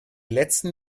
letzten